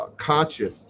conscious